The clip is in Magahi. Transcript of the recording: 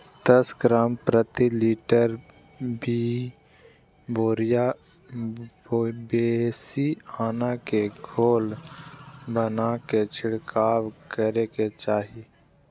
दस ग्राम प्रति लीटर बिवेरिया बेसिआना के घोल बनाके छिड़काव करे के चाही